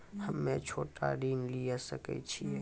हम्मे छोटा ऋण लिये सकय छियै?